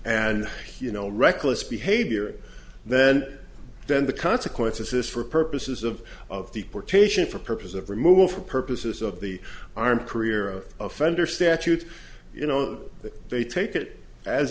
and you know reckless behavior then then the consequences for purposes of of deportation for purposes of removal for purposes of the armed career offender statute you know that they take it as